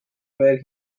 where